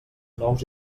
nous